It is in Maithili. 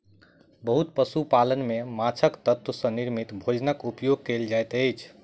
बहुत पशु पालन में माँछक तत्व सॅ निर्मित भोजनक उपयोग कयल जाइत अछि